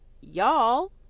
y'all